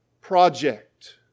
project